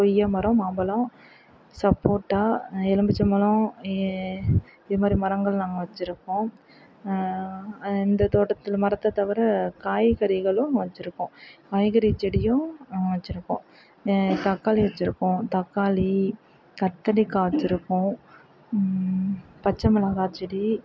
கொய்யாமரம் மாம்பழம் சப்போட்டா எலும்மிச்சம் பழம் இது மாதிரி மரங்கள் நாங்கள் வச்சிருக்கோம் இந்தத் தோட்டத்தில் மரத்தைத் தவிர காய்கறிகளும் வச்சிருக்கோம் காய்கறிச் செடியும் வச்சிருக்கோம் தக்காளி வச்சிருக்கோம் தக்காளி கத்திரிக்காய் வச்சிருக்கோம் பச்சை மிளகாய்ச் செடி